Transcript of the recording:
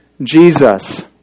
Jesus